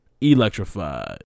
electrified